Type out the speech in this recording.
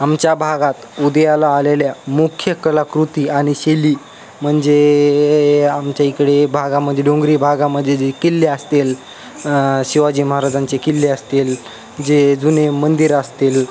आमच्या भागात उदयाला आलेल्या मुख्य कलाकृती आणि शैली म्हणजे आमच्या इकडे भागामध्ये डोंगरी भागामध्ये जे किल्ले असतील शिवाजी महाराजांचे किल्ले असतील जे जुने मंदिर असतील